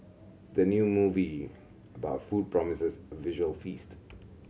the new movie about food promises a visual feast